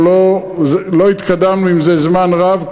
לא התקדמנו עם זה זמן רב,